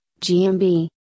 GMB